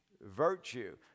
virtue